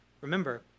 Remember